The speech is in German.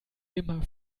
immer